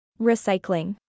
Recycling